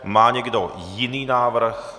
Má někdo jiný návrh?